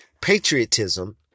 patriotism